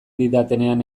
didatenean